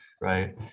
right